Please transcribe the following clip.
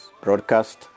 broadcast